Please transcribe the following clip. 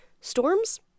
storms